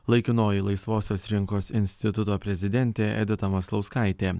laikinoji laisvosios rinkos instituto prezidentė edita maslauskaitė